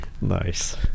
Nice